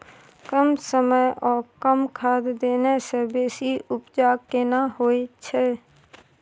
कम समय ओ कम खाद देने से बेसी उपजा केना होय छै?